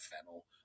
fennel